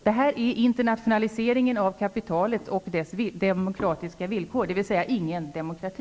Det här är internationliseringen av kapitalet och dess demokratiska villkor, dvs. ingen demokrati.